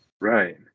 Right